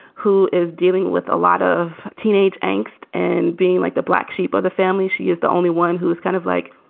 who is dealing with a lot of teenage angst and being like the black sheep of the family. she is the only one who is kind of like,